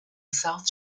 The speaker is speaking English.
south